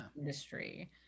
industry